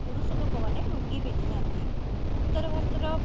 ପୁରୁଷଲୋକ ମାନେ ଲୁଙ୍ଗି ପିନ୍ଧିଥାନ୍ତି ଉତ୍ତର ଭାରତର